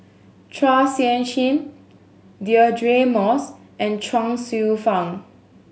Chua Sian Chin Deirdre Moss and Chuang Hsueh Fang